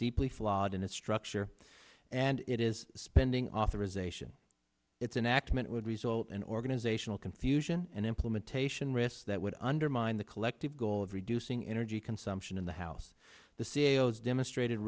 deeply flawed in a structure and it is a spending authorization it's an act meant would result in organizational confusion and implementation risks that would undermine the collective goal of reducing energy consumption in the house the c e o s demonstrated